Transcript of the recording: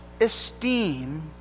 esteem